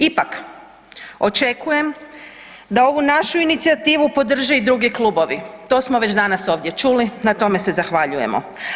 Ipak, očekujem da ovu našu inicijativu podrže drugi klubovi, to smo već danas ovdje čuli, na tome se zahvaljujemo.